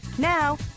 Now